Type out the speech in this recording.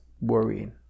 worrying